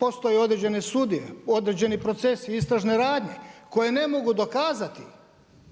postoje određene sudije, određeni procese, istražne radnje koje ne mogu dokazati